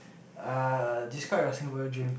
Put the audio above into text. uh describe your Singaporean dream